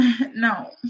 no